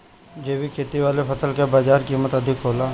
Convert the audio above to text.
जैविक खेती वाला फसल के बाजार कीमत अधिक होला